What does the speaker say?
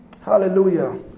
Hallelujah